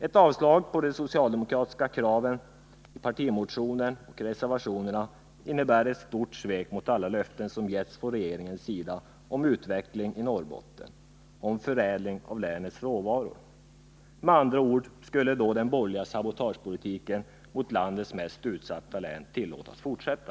Ett avslag på de socialdemokratiska kraven i partimotionen och i reservationerna innebär ett stort svek mot alla löften som getts från regeringens sida om utveckling i Norrbotten och om förädling av länets råvaror. Med andra ord skulle den borgerliga sabotagepolitiken mot landets mest utsatta län tillåtas fortsätta.